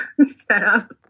setup